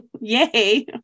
Yay